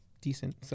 decent